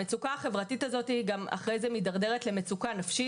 המצוקה החברתית הזאת אחרי זה מתדרדרת גם למצוקה נפשית.